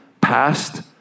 past